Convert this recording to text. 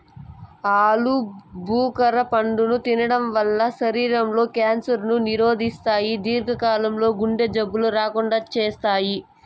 ఆలు భుఖర పండును తినడం వల్ల శరీరం లో క్యాన్సర్ ను నిరోధిస్తాయి, దీర్ఘ కాలం లో గుండె జబ్బులు రాకుండా చేత్తాయి